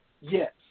yes